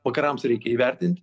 vakarams reikia įvertint